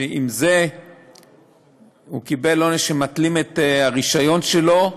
אם זה שהוא קיבל עונש שמתלים את הרישיון שלו,